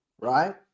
right